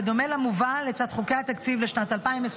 בדומה למובא לצד חוקי התקציב לשנת 2023